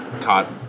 caught